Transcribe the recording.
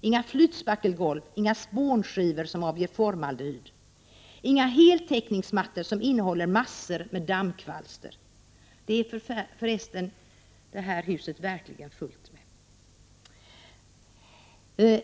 Inga flytspackelgolv, inga spånskivor som avger formaldehyd, inga heltäckningsmattor som innehåller en massa dammkvalster — som för resten det här huset verkligen är fullt med.